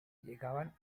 llegaban